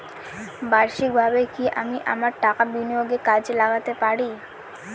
বার্ষিকভাবে কি আমি আমার টাকা বিনিয়োগে কাজে লাগাতে পারি?